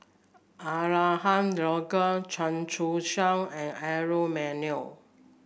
Abraham Logan Chia Choo Suan and Aaron Maniam